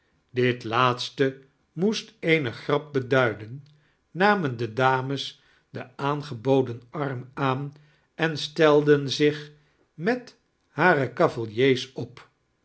dit laatste moest eene grap beduiden namen de dames den aangeboden arm aan en steiden zich met hare cavaliers op